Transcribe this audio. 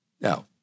now